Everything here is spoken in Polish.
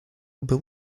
był